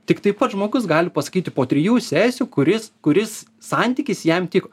tiktai pats žmogus gali pasakyti po trijų sesijų kuris kuris santykis jam tiko